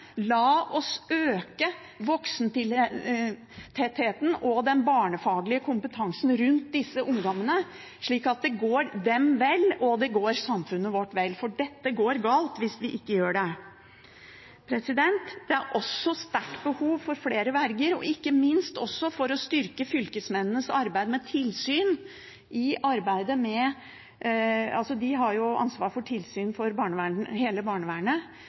la oss øke voksentettheten og den barnefaglige kompetansen rundt disse ungdommene slik at det går dem og samfunnet vårt vel, for dette går galt hvis vi ikke gjør det. Det er også sterkt behov for flere verger og ikke minst behov for å styrke fylkesmennenes arbeid med tilsyn – de har jo ansvar for tilsyn med hele barnevernet.